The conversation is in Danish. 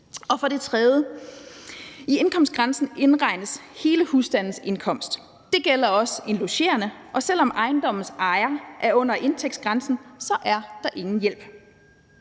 Og for det tredje indregnes hele husstandens indkomst i indkomstgrænsen. Det gælder også en logerende, og selv om ejendommens ejer er under indtægtsgrænsen, er der ingen hjælp.